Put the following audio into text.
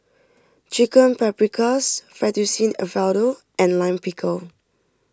Chicken Paprikas Fettuccine Alfredo and Lime Pickle